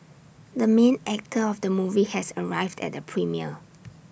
the main actor of the movie has arrived at the premiere